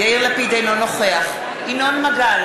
אינו נוכח ינון מגל,